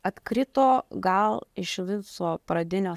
atkrito gal iš viso pradinio